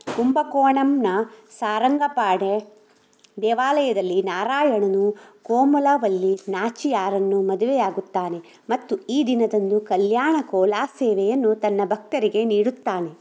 ಕುಂಭಕೋಣಂನ ಸಾರಂಗಪಾಣಿ ದೇವಾಲಯದಲ್ಲಿ ನಾರಾಯಣನು ಕೋಮಲವಲ್ಲಿ ನಾಚಿಯಾರನ್ನು ಮದುವೆಯಾಗುತ್ತಾನೆ ಮತ್ತು ಈ ದಿನದಂದು ಕಲ್ಯಾಣ ಕೋಲ ಸೇವೆಯನ್ನು ತನ್ನ ಭಕ್ತರಿಗೆ ನೀಡುತ್ತಾನೆ